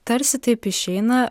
tarsi taip išeina